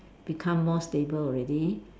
become more stable already